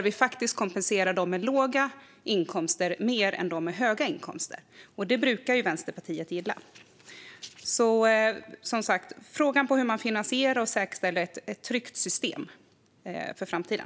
Vi kompenserar faktiskt dem med låga inkomster mer än dem med höga inkomster. Det brukar ju Vänsterpartiet gilla. Jag frågar som sagt hur man finansierar detta och hur man säkerställer ett tryggt system för framtiden.